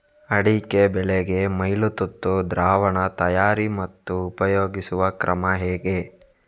ಅಡಿಕೆ ಬೆಳೆಗೆ ಮೈಲುತುತ್ತು ದ್ರಾವಣ ತಯಾರಿ ಮತ್ತು ಉಪಯೋಗಿಸುವ ಕ್ರಮ ಹೇಗೆ?